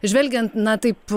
žvelgiant na taip